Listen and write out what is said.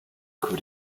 could